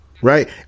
Right